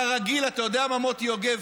כרגיל, אתה יודע מה, מוטי יוגב?